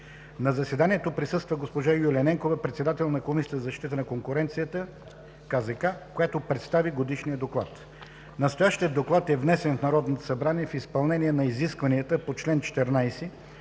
На заседанието присъства госпожа Юлия Ненкова – председател на Комисията за защита на конкуренцията (КЗК), която представи Годишния доклад. Настоящият доклад е внесен в Народното събрание в изпълнение на изискванията на чл. 14